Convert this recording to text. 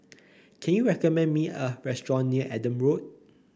can you recommend me a restaurant near Adam Road